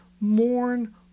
mourn